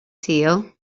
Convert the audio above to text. sul